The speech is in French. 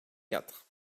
quatre